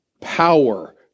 power